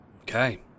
Okay